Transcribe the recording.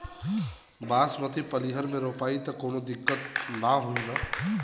बासमती पलिहर में रोपाई त कवनो दिक्कत ना होई न?